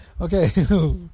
Okay